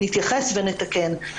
נתייחס ונתקן.